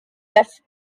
left